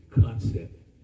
concept